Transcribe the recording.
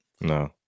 No